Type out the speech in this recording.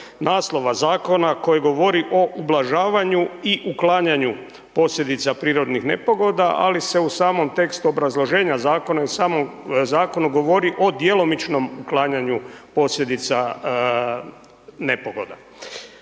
naslova zakona koji govori o ublažavanju i uklanjanju posljedica prirodnih nepogoda, ali se u samom tekstu obrazloženja zakona i u samom zakonu govori o djelomičnom uklanjanju posljedica nepogoda.